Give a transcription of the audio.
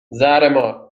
زهرمار